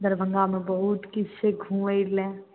दरभङ्गामे बहुत किछु छै घुमय लए